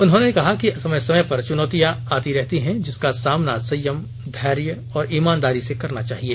उन्होंने कहा कि समय समय पर चूनौतियां आती रहती हैं जिसका सामना संयम धर्य और ईमानदारी से करना चाहिए